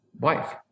wife